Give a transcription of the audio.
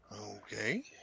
Okay